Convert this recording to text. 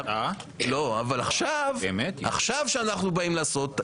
עכשיו כשאנחנו באים לעשות,